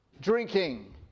drinking